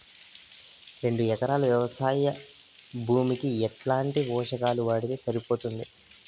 రెండు ఎకరాలు వ్వవసాయ భూమికి ఎట్లాంటి పోషకాలు వాడితే సరిపోతుంది?